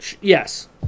Yes